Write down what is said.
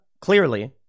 clearly